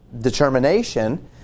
determination